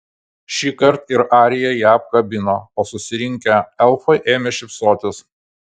šįkart ir arija ją apkabino o susirinkę elfai ėmė šypsotis